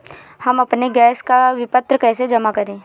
हम अपने गैस का विपत्र कैसे जमा करें?